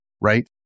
right